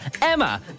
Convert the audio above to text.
Emma